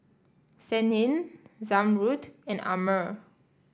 Senin Zamrud and Ammir